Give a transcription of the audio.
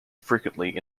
frequently